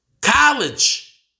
college